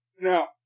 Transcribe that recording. Now